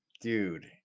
Dude